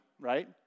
right